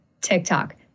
TikTok